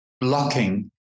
blocking